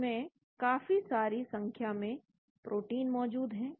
इसमें काफी सारी संख्या में प्रोटीन मौजूद हैं